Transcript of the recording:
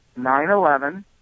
9-11